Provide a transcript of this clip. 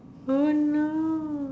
oh no